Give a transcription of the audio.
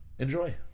Enjoy